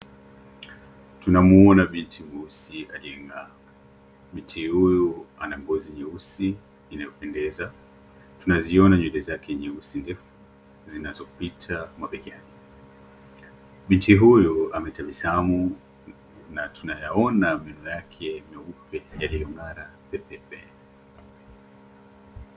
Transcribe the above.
Tunamuona binti mweusi .Binti huyu anagozi nyeusi inayopedeza ,tunaziona nywele zake nyeusi defu zinazopita mabegani. Binti huyu ametabasamu na tunayaona meno yake meupe yaliyongara pepepe.